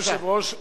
אדוני היושב-ראש,